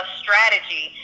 strategy